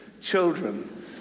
children